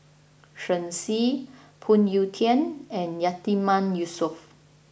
Shen Xi Phoon Yew Tien and Yatiman Yusof